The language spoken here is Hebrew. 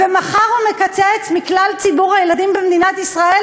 ומחר הוא מקצץ מכלל ציבור הילדים במדינת ישראל